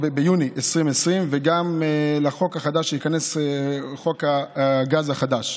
ביוני 2020 וגם לחוק החדש שייכנס, חוק הגז החדש.